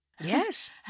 Yes